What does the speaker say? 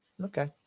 Okay